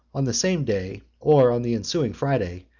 on the same day, or on the ensuing friday,